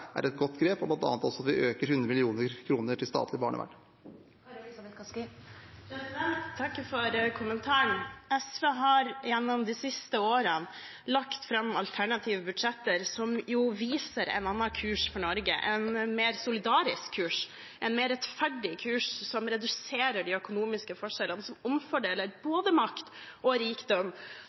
er et godt grep, bl.a. også at vi øker med 100 mill. kr til statlig barnevern. Jeg takker for kommentaren. SV har gjennom de siste årene lagt fram alternative budsjetter som jo viser en annen kurs for Norge, en mer solidarisk kurs, en mer rettferdig kurs, som reduserer de økonomiske forskjellene, som omfordeler både makt og rikdom,